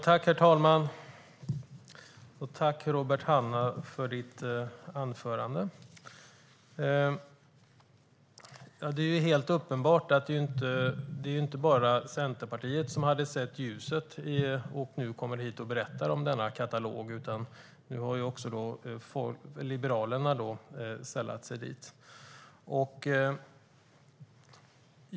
Herr talman! Jag tackar Robert Hannah för anförandet. Uppenbarligen är det inte bara Centerpartiet som har sett ljuset och kommer och berättar som sin katalog. Nu har även Liberalerna sällat sig till dem.